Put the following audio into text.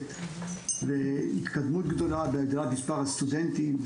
מאומצת והתקדמות גדולה של מספר הסטודנטים.